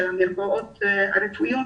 במרפאות הרפואיות.